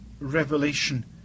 revelation